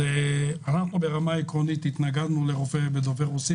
אנחנו ברמה עקרונית התנגדנו לרופא דובר רוסית.